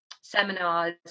seminars